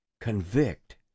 convict